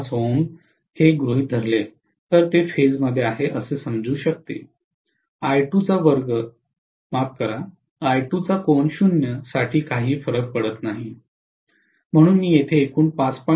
5 Ω गृहित धरले तर ते फेजमधे आहे असे समजू शकते साठी काही फरक पडत नाही म्हणून मी येथे एकूण 5